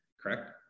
correct